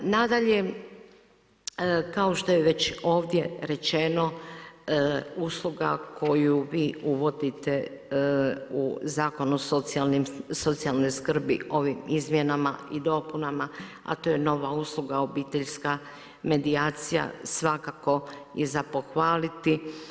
Nadalje kao što je već ovdje rečeno usluga koju vi uvodite u Zakon o socijalnoj skrbi ovim izmjenama i dopunama, a to je nova usluga obiteljska medijacija svakako je za pohvaliti.